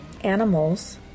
animals